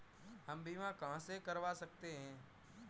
हम बीमा कहां से करवा सकते हैं?